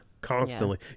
constantly